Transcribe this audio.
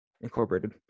incorporated